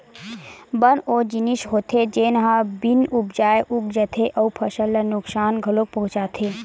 बन ओ जिनिस होथे जेन ह बिन उपजाए उग जाथे अउ फसल ल नुकसान घलोक पहुचाथे